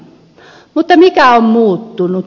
mutta mikä on muuttunut